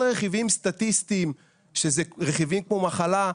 רכיבים סטטיסטיים שאלה רכיבים כמו מחלה,